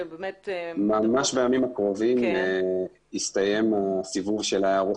ממש בימים הקרובים הסתיים הסיבוב של הערות